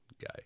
guy